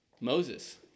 Moses